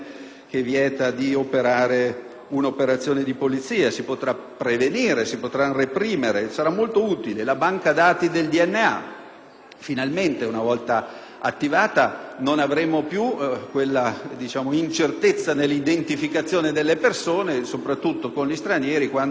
prevenire, si potrà reprimere. Sarà molto utile la banca dati del DNA in quanto finalmente, una volta attivata, farà sì che non avremo più quell'incertezza nell'identificazione delle persone, soprattutto degli stranieri: infatti, la recidiva non scatta mai perché è molto più facile cambiare dati